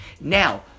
Now